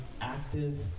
active